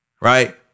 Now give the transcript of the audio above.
right